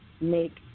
make